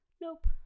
nope